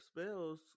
Spells